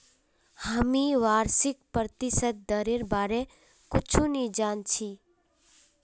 हामी वार्षिक प्रतिशत दरेर बार कुछु नी जान छि